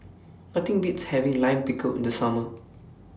Nothing Beats having Lime Pickle in The Summer